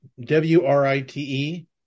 w-r-i-t-e